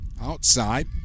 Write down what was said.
Outside